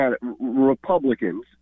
Republicans